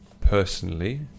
personally